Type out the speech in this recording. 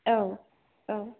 औ औ